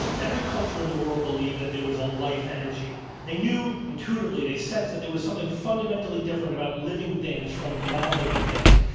um every culture in the world believed that there was a life energy. they knew intuitively, they sensed that there was something fundamentally different about living things from nonliving things,